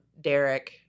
Derek